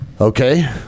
okay